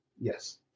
Yes